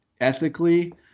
ethically